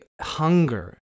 hunger